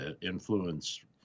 influence